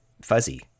fuzzy